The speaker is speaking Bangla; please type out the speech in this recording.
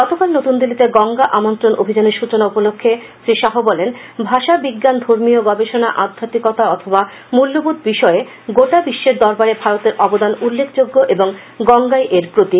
গতকাল নতুন দিল্লিতে গঙ্গা আমন্ত্রণ অভিযান এর সচনা উপলক্ষে শ্রী শাহ বলেন ভাষা বিজ্ঞান ধর্মীয় গবেষণা আধ্যাপ্মিকতা অথবা মূল্যবোধ বিষয়ে গোটা বিশ্বের দরবারে ভারতের অবদান উল্লেখযোগ্য এবং গঙ্গাই এর প্রতীক